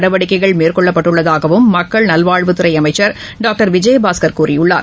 நடவடிக்கைகள் மேற்கொள்ளப்பட்டுள்ளதாகவும் மக்கள் நல்வாழ்வுத்துறை அமைச்சர் டாக்டர் விஜயபாஸ்கர் கூறியுள்ளார்